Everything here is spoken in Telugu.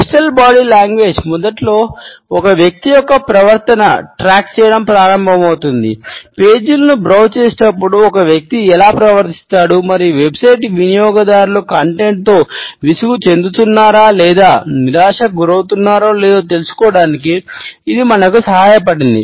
డిజిటల్ విసుగు చెందుతున్నారా లేదా వారు నిరాశకు గురవుతున్నారో లేదో తెలుసుకోవడానికి ఇది మనకు సహాయపడింది